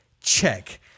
Check